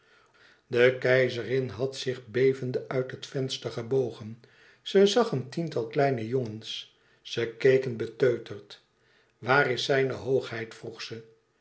de keizerin had zich bevende uit het venster gebogen ze zag een tiental kleine jongens ze keken beteuterd waar is zijne hoogheid